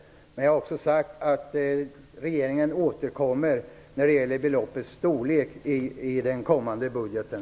Jag har också sagt att regeringen återkommer i den kommande budgeten när det gäller beloppets storlek.